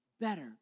better